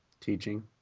Teaching